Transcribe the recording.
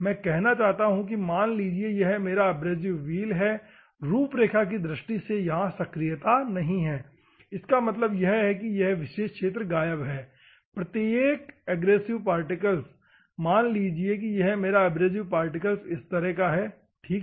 मैं कहना चाहता हूं कि मान लीजिए यह मेरा एब्रेसिव व्हील है रूप रेखा की दृष्टि से यहां सक्रियता नहीं है इसका मतलब यह है कि यह विशेष क्षेत्र गायब है प्रत्येक एग्रेसिव पार्टिकल मान लीजिए कि यह मेरा एब्रेसिव पार्टिकल इस तरह का है ठीक है